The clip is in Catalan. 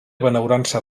benaurança